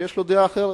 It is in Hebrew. שיש לו דעה אחרת